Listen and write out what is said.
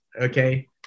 okay